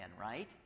right